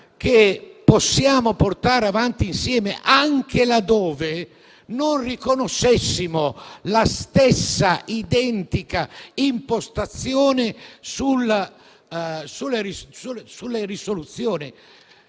che possiamo portare avanti insieme anche laddove non riconoscessimo la stessa identica impostazione sulle risoluzioni.